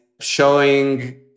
showing